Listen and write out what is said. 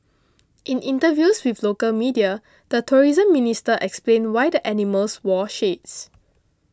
in interviews with local media the tourism minister explained why the animals wore shades